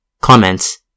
Comments